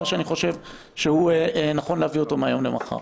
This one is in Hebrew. שאני חושב שנכון להביא אותו מהיום למחר,